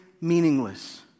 Meaningless